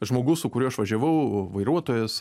žmogus su kuriuo aš važiavau vairuotojas